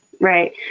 right